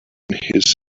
his